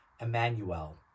Emmanuel